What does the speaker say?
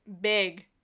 big